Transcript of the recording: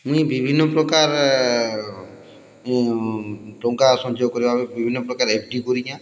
ମୁଇଁ ବିଭିନ୍ନପ୍ରକାର୍ ମୁଁ ଟଙ୍କା ସଞ୍ଚୟ କରିବାକୁ ବିଭିନ୍ନପ୍ରକାର୍ ଏଫ୍ ଡ଼ି କରିଚେଁ